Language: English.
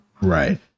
right